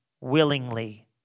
willingly